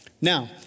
Now